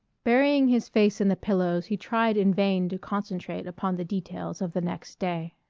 burying his face in the pillows he tried in vain to concentrate upon the details of the next day.